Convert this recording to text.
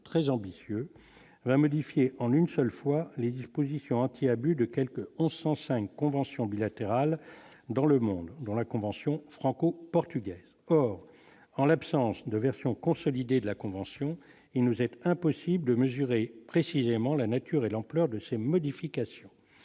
très ambitieux, la modifier en une seule fois les dispositions anti-abus de quelque 1105 conventions bilatérales dans le monde, dont la convention franco-portugaise, or, en l'absence de version. Consolider de la convention, il nous est impossible de mesurer précisément la nature et l'ampleur de ces modifications,